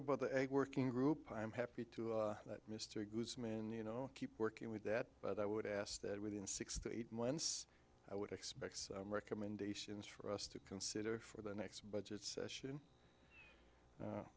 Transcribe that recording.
about the egg working group i'm happy to let mr guzmn you know keep working with that but i would ask that within six to eight months i would expect recommendations for us to consider for the next budget session